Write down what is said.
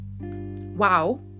wow